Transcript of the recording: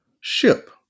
ship